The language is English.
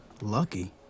Lucky